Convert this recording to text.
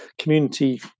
community